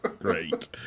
Great